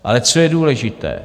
Ale co je důležité?